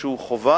שהוא חובה.